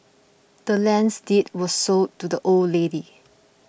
the land's deed was sold to the old lady